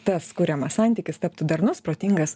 tas kuriamas santykis taptų darnus protingas